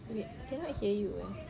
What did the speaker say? wait cannot hear you ah